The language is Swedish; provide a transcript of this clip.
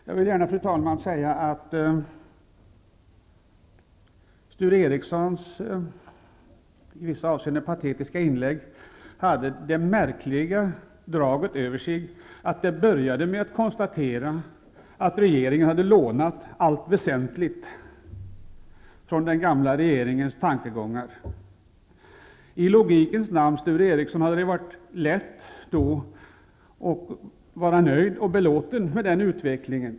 Jag vill gärna säga att Sture Ericsons i vissa avseenden patetiska inlägg hade ett märkligt drag över sig. Han började med att konstatera att regeringen hade lånat allt väsentligt från den gamla regeringens tankegångar. I logikens namn, Sture Ericson, hade det då varit lätt att vara nöjd och belåten med den utvecklingen.